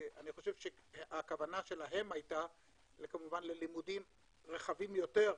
אני חושב שכוונתם היתה ללימודים רחבים יותר,